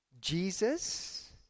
Jesus